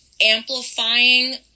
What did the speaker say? amplifying